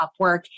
Upwork